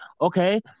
Okay